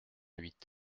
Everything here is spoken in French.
huit